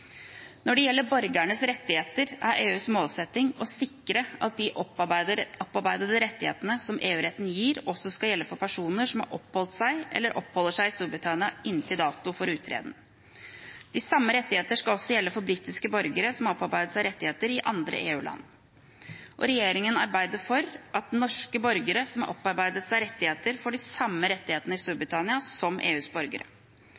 Når det gjelder borgernes rettigheter, er EUs målsetting å sikre at de opparbeidede rettighetene som EU-retten gir, også skal gjelde for personer som har oppholdt seg eller oppholder seg i Storbritannia inntil dato for uttreden. De samme rettighetene skal også gjelde for britiske borgere som har opparbeidet rettigheter i andre EU-land. Regjeringen arbeider for at norske borgere som har opparbeidet seg rettigheter, får de samme rettighetene i